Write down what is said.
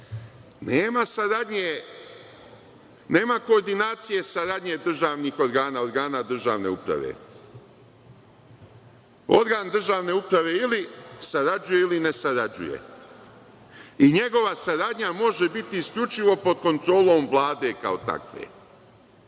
Nema koordinacije saradnje državnih organa, organa državne uprave. Organ državne uprave ili sarađuje ili ne sarađuje i njegova saradnja može biti isključivo pod kontrolom Vlade kao takve.